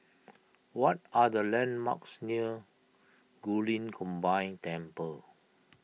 what are the landmarks near Guilin Combined Temple